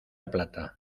plata